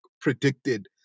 predicted